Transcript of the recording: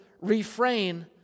refrain